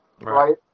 right